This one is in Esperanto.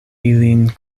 ilin